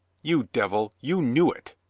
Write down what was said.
you devil, you knew it!